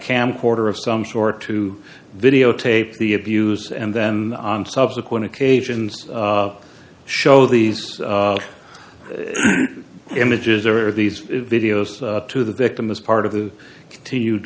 camcorder of some sort to videotape the abuse and then on subsequent occasions show these images or these videos to the victim as part of the continued